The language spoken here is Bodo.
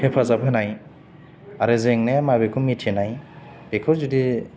हेफाजाब होनाय आरो जेंनाया मा बेखौ मिथिनाय बेखौ जुदि